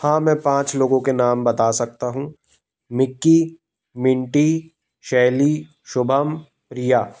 हाँ मैं पाँच लोगों के नाम बता सकता हूँ मिक्की मिनटी शैली शुभम रिया